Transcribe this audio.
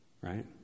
right